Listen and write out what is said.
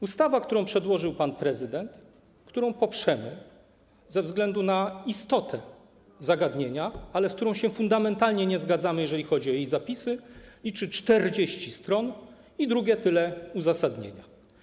Ustawa, którą przedłożył pan prezydent, którą poprzemy ze względu na istotę zagadnienia, ale z którą się fundamentalnie nie zgadzamy, jeżeli chodzi o jej zapisy, liczy 40 stron i drugie tyle uzasadnienia.